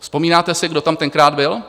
Vzpomínáte si, kdo tam tenkrát byl?